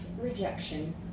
rejection